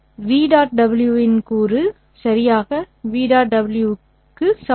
¿'v∨w' of இன் கூறு சரியாக ¿w' ∨v' to க்கு சமம்